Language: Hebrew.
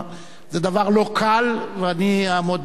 זה דבר לא קל, ואני אעמוד במשימה.